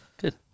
Good